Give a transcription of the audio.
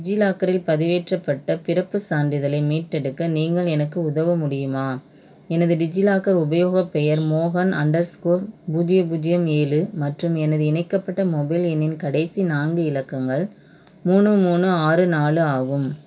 டிஜிலாக்கரில் பதிவேற்றப்பட்ட பிறப்புச் சான்றிதழை மீட்டெடுக்க நீங்கள் எனக்கு உதவ முடியுமா எனது டிஜிலாக்கர் உபயோகப் பெயர் மோகன் அண்டர்ஸ்க்கோர் பூஜ்ஜியம் பூஜ்ஜியம் ஏழு மற்றும் எனது இணைக்கப்பட்ட மொபைல் எண்ணின் கடைசி நான்கு இலக்கங்கள் மூணு மூணு ஆறு நாலு ஆகும்